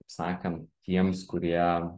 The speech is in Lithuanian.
taip sakant tiems kurie